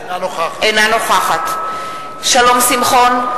אינה נוכחת שלום שמחון,